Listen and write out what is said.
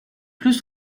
plus